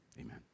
Amen